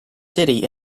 city